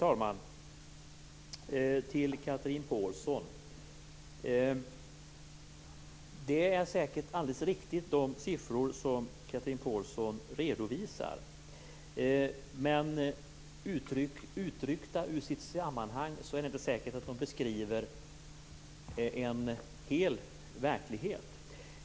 Fru talman! Till Chatrine Pålsson vill jag säga att de siffror som hon redovisar säkert är alldeles riktiga. Men lösryckta ur sitt sammanhang är det inte säkert att de beskriver en hel verklighet.